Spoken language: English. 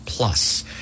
Plus